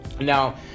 Now